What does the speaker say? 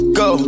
go